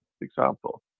example